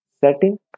Setting